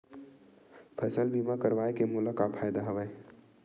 फसल बीमा करवाय के मोला का फ़ायदा हवय?